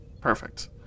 Perfect